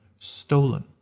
stolen